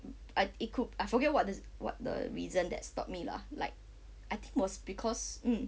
I it could I forget what the what the reason that stopped me lah like I think was because mm